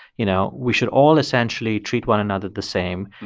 you know, we should all essentially treat one another the same.